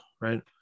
right